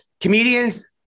comedians